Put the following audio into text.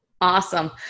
Awesome